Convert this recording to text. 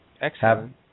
Excellent